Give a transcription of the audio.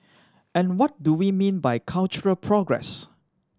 and what do we mean by cultural progress